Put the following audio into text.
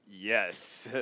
Yes